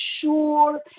sure